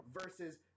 versus